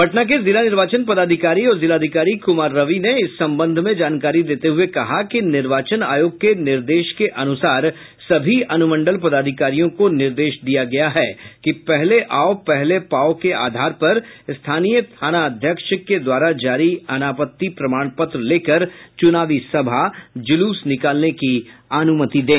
पटना के जिला निर्वाचन पदाधिकारी और जिलाधिकारी कुमार रवि ने इस संबंध में जानकारी देते हुये कहा कि निर्वाचन आयोग के निर्देश के अनुसार सभी अनुमंडल पदाधिकारियों को निर्देश दिया गया है कि पहले आओ पहले पाओ के आधार पर स्थानीय थानाध्यक्ष के द्वारा जारी अनापत्ति प्रमाण पत्र लेकर चुनावी सभा जुलूस निकालने की अनुमति दें